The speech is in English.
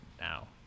now